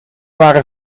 waren